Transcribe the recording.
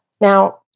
Now